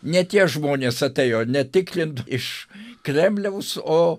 ne tie žmonės atėjo ne tikrint iš kremliaus o